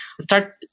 start